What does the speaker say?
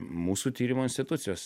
mūsų tyrimo institucijos